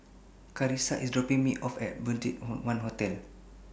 Karissa IS dropping Me off At BudgetOne Hotel